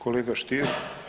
Kolega Stier.